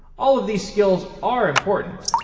all of these skills are important.